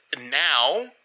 now